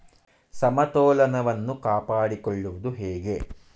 ಸಮತೋಲನವನ್ನು ಕಾಪಾಡಿಕೊಳ್ಳುವುದು ಹೇಗೆ?